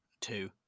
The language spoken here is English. Two